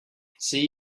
see